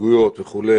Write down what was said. הסתייגויות וכו',